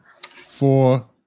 four